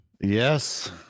yes